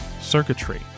circuitry